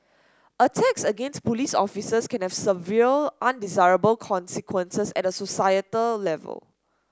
attacks against police officers can have several undesirable consequences at a societal level